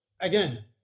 again